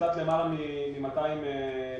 אוכלוסייה